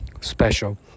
special